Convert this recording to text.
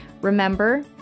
Remember